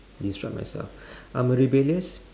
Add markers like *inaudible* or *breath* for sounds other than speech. describe myself *breath* I'm a rebellious